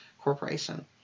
Corporation